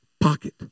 pocket